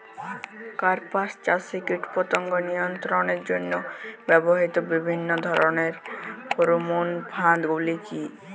কাপাস চাষে কীটপতঙ্গ নিয়ন্ত্রণের জন্য ব্যবহৃত বিভিন্ন ধরণের ফেরোমোন ফাঁদ গুলি কী?